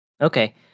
okay